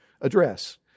address